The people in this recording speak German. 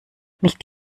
nicht